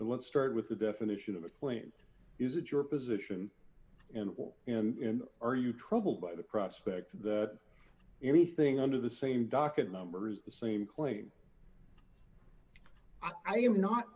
but let's start with the definition of a claim is it your position and and are you troubled by the prospect that anything under the same docket number is the same claim i am not